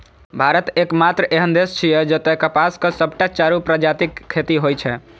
भारत एकमात्र एहन देश छियै, जतय कपासक सबटा चारू प्रजातिक खेती होइ छै